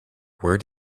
where